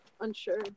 unsure